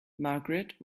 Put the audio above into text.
margaret